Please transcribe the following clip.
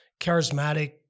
Charismatic